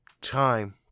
time